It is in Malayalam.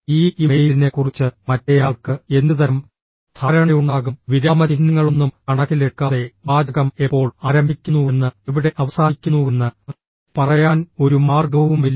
ഈ ഇ മെയിലിനെക്കുറിച്ച് മറ്റേയാൾക്ക് എന്തുതരം ധാരണയുണ്ടാകും വിരാമചിഹ്നങ്ങളൊന്നും കണക്കിലെടുക്കാതെ വാചകം എപ്പോൾ ആരംഭിക്കുന്നുവെന്ന് എവിടെ അവസാനിക്കുന്നുവെന്ന് പറയാൻ ഒരു മാർഗവുമില്ല